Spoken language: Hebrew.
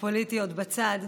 הפוליטיות בצד.